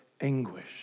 anguish